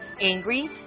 angry